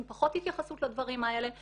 עם פחות התייחסות לדברים האלה.